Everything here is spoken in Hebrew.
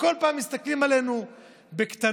בכל פעם מסתכלים עלינו בקטנות,